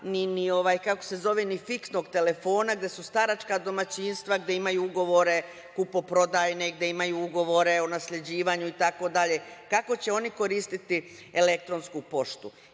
u nekom selu gde nema ni fiksnog telefona, gde su staračka domaćinstva, gde imaju ugovore kupoprodajne, gde imaju ugovore o nasleđivanju itd, kako će oni koristiti elektronsku poštu? Vi